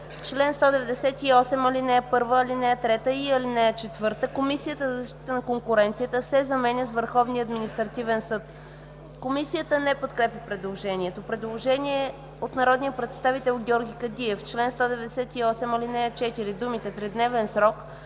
„Чл. 198, ал. 1, ал. 3 и ал. 4” Комисия за защита на конкуренцията” се заменя с „Върховния административен съд”. Комисията не подкрепя предложението. Има предложение от народния представител Георги Кадиев: „В чл. 198, ал. 4 думите „тридневен срок”